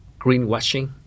greenwashing